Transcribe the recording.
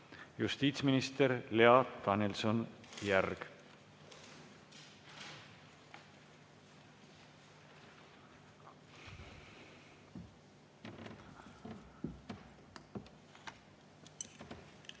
justiitsminister Lea Danilson-Järg.